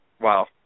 wow